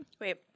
Wait